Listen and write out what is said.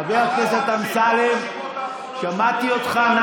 חבר הכנסת אמסלם, שמעתי אותך.